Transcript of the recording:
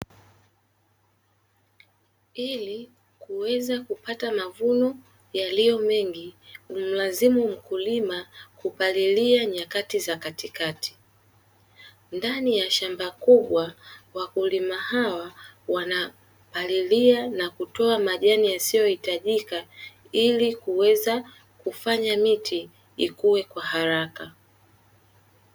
Ili kuweza kupata mavuno yaliyo mengi humlazimu mkulima kupalilia nyakati za katikati, ndani ya shamba kubwa wakulima hawa wanapalilia na kutoa majani yasiyohitajika. Ili kuweza kufanya miti ikue kwa haraka.